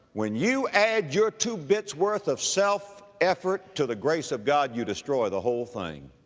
when you add your two bits' worth of self-effort to the grace of god, you destroy the whole thing.